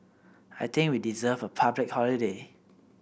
I think we deserve a public holiday